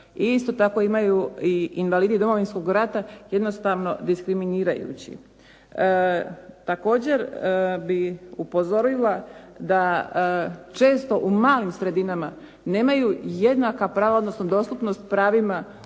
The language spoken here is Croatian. isto tako imaju i invalidi Domovinskog rata, jednostavno diskriminirajući. Također bih upozorila da često u malim sredinama nemaju jednaka prava, odnosno dostupnost pravima osobe